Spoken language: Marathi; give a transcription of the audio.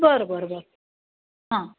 बरं बरं बरं हां